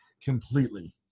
completely